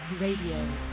Radio